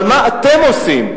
אבל מה אתם עושים?